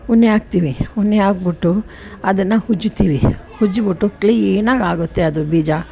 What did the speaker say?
ಉನ್ನೆ ಆಕ್ತಿವಿ ಉನ್ನೆ ಹಾಕ್ಬಿಟ್ಟು ಅದನ್ನು ಉಜ್ತೀವಿ ಉಜ್ಜಿಬಿಟ್ಟು ಕ್ಲೀನಾಗಿ ಆಗುತ್ತೆ ಅದು ಬೀಜ